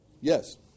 Yes